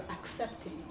accepting